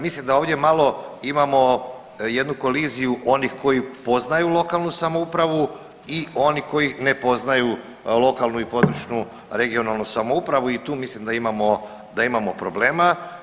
Mislim da ovdje malo imamo jednu koliziju onih koji poznaju lokalnu samoupravu i onih koji ne poznaju lokalnu i područnu regionalnu samoupravu i tu mislim da imamo, da imamo problema.